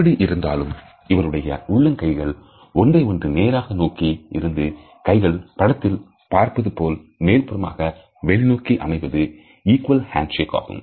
எப்படி இருந்தாலும் இவருடைய உள்ளங்கைகள் ஒன்றை ஒன்று நேரடியாக நோக்கி இருந்து கைகள் படத்தில் பார்ப்பதுபோல்மேல்புறமாக வெளிநோக்கி அமைவது இக்வல் ஹேண்ட் சேக் ஆகும்